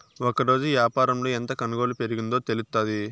ఒకరోజు యాపారంలో ఎంత కొనుగోలు పెరిగిందో తెలుత్తాది